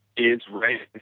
is raised